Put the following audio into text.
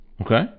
Okay